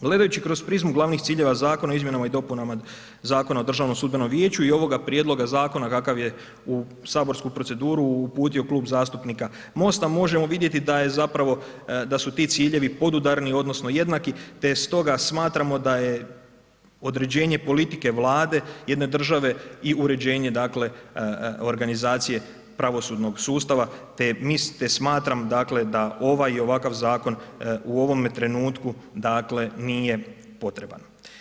Gledajući kroz prizmu glavnih ciljeva Zakona o izmjenama i dopunama Zakona o Državnom sudbenom vijeću i ovoga prijedloga zakona kakav je u saborsku proceduru uputio Klub zastupnika MOST-a možemo vidjeti da je zapravo, da su ti ciljevi podudarni odnosno jednaki te stoga smatramo da je određenje politike Vlade jedne države i uređenje dakle organizacije pravosudnog sustava te smatram dakle da ovaj i ovakav zakon u ovome trenutku dakle nije potreban.